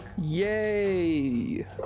Yay